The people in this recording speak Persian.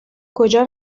کجا